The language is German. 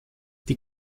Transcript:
die